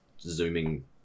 zooming